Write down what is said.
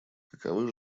каковы